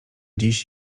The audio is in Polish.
dziś